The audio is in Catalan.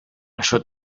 açò